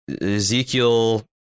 Ezekiel